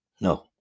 No